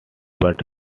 but